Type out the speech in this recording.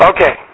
Okay